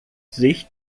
sich